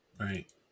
right